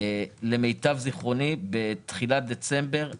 למיטב זכרוני בתחילת דצמבר 2020,